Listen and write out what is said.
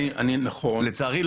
לצערי,